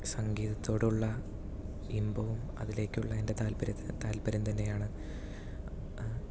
സംഗീതത്തോടുള്ള ഇമ്പവും അതിലേക്കുള്ള എൻ്റെ താത്പര്യത്തി താൽപര്യം തന്നെയാണ്